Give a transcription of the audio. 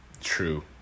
true